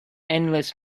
endless